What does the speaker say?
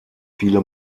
viele